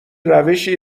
روشی